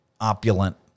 opulent